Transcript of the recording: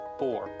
four